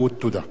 תודה רבה.